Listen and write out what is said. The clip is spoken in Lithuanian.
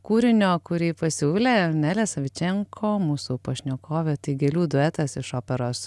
kūrinio kurį pasiūlė nelė savičenko mūsų pašnekovė tai gėlių duetas iš operos